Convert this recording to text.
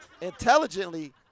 intelligently